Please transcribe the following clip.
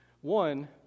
One